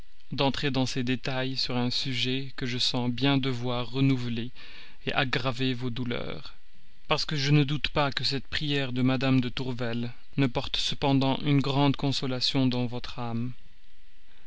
d'entrer dans ces détails sur un sujet que je sens bien devoir renouveler aggraver vos douleurs parce que je ne doute pas que cette prière de mme de tourvel ne porte cependant une grande consolation dans votre âme